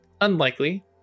unlikely